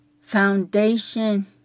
foundation